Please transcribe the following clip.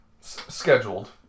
scheduled